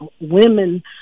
women